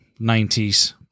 90s